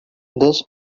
this